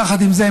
יחד עם זה,